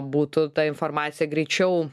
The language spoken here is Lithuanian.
būtų ta informacija greičiau